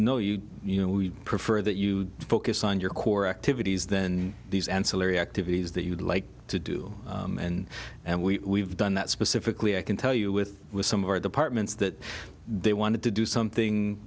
no you you know we prefer that you focus on your core activities than these ancillary activities that you'd like to do and and we have done that specifically i can tell you with some of our departments that they wanted to do something